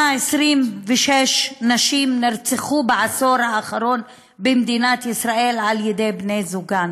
ש-126 נשים נרצחו בעשור האחרון במדינת ישראל על ידי בני זוגן,